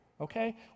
okay